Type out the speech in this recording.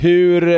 Hur